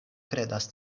kredas